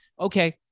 Okay